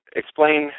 explain